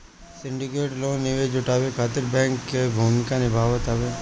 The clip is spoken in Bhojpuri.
सिंडिकेटेड लोन निवेश जुटावे खातिर बैंक कअ भूमिका निभावत हवे